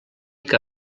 que